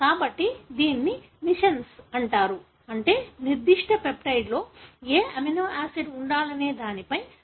కాబట్టి దీనిని మిస్సెన్స్ అంటారు అంటే నిర్దిష్ట పెప్టైడ్లో ఏ అమైనో ఆమ్లం ఉండాలనే దానిపై వారికి సరైన అవగాహన లేదు